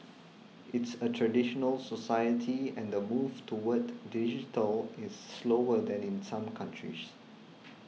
it's a traditional society and the move toward digital is slower than in some countries